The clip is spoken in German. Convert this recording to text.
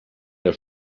der